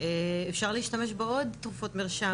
אפשר להשתמש בעוד תרופות מרשם.